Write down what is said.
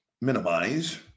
minimize